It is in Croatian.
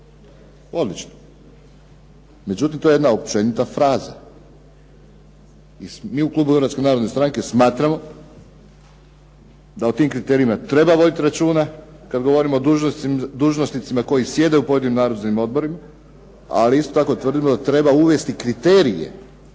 Odlično. Međutim, to je jedna općenita fraza. Mi u Klubu hrvatske narodne stranke smatramo da o tim kriterijima treba voditi računa kad govorimo o dužnosnicima koji sjede u pojedinim nadzornim odborima, ali isto tako tvrdimo da treba uvesti kriterije.